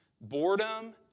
boredom